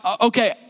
okay